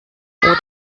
oder